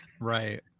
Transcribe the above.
Right